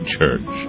Church